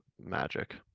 magic